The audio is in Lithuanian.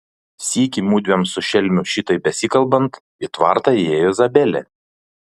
sykį mudviem su šelmiu šitaip besikalbant į tvartą įėjo zabelė